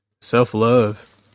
self-love